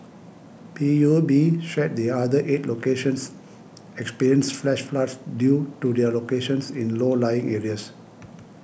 P U B shared the other eight locations experienced flash floods due to their locations in low lying areas